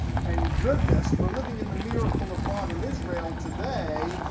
and goodness, we're living in the miracle of modern israel today.